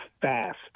fast